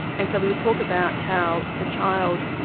and so we would talk about how the child,